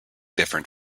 different